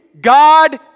God